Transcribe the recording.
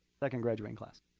second graduating class.